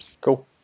Cool